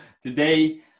Today